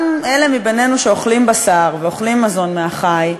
גם אלה מבינינו שאוכלים בשר ואוכלים מזון מהחי,